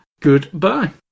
Goodbye